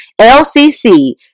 L-C-C